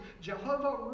Jehovah